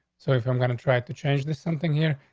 so if i'm going to try to change this something here,